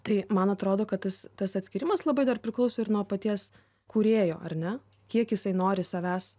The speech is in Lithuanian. tai man atrodo kad tas tas atskyrimas labai dar priklauso ir nuo paties kūrėjo ar ne kiek jisai nori savęs